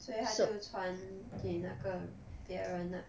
所以他就传给那个别人 lah